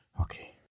okay